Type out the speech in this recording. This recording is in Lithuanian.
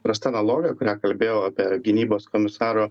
prasta analogija kurią kalbėjau apie gynybos komisaro